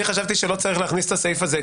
אני חשבתי שלא צריך להכניס את הסעיף הזה,